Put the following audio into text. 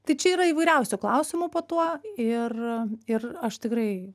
tai čia yra įvairiausių klausimų po tuo ir ir aš tikrai